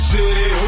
City